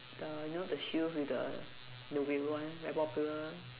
the you know the shoes with the wheel [one] very popular